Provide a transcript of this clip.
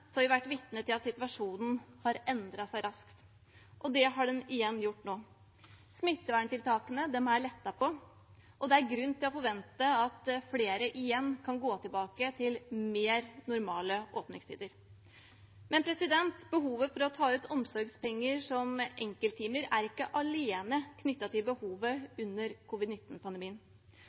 har vi vært vitne til at situasjonen har endret seg raskt, og det har den igjen gjort nå. Smitteverntiltakene er lettet på, og det er grunn til å forvente at flere igjen kan gå tilbake til mer normale åpningstider. Men behovet for å ta ut omsorgspenger som enkelttimer er ikke alene knyttet til behovet under